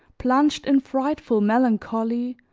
plunged in frightful melancholy,